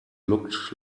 looked